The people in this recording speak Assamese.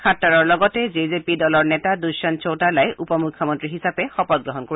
খাট্টাৰৰ লগতে জে জে পি দলৰ নেতা দুষ্যন্ত চৌতালাই উপ মুখ্যমন্ত্ৰী হিচাপে শপতগ্ৰহণ কৰিব